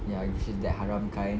ya if she that haram kind